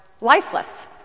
lifeless